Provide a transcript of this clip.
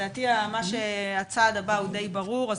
לדעתי הצעד הבא הוא די ברור, אז